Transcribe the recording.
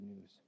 news